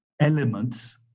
elements